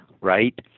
right